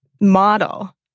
model